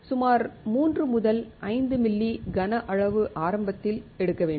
சுமார் 3 முதல் 5 மில்லி கன அளவு ஆரம்பத்தில் எடுக்க வேண்டும்